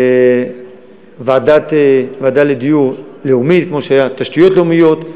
"ועדה לדיור לאומי"; כמו שהיה "תשתיות לאומיות",